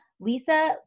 Lisa